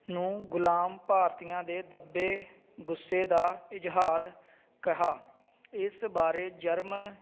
ਨੂੰ ਗੁਲਾਮ ਭਾਰਤੀਆਂ ਦੇ ਦੱਬੇ ਗੁੱਸੇ ਦਾ ਇਜ਼ਹਾਰ ਕਿਹਾ ਇਸ ਬਾਰੇ ਜਰਮਨ